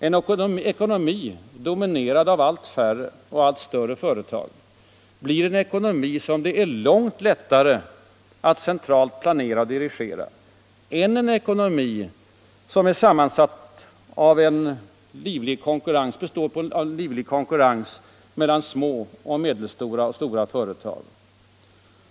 En ekonomi dominerad av allt färre och allt större företag blir en ekonomi som det är långt lättare att centralt planera och dirigera än en ekonomi som kännetecknas av en livaktig konkurrens mellan små, medelstora och stora företag.